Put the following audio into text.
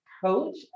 coach